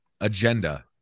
agenda